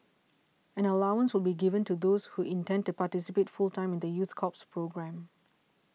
an allowance will be given to those who intend to participate full time in the youth corps programme